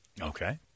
Okay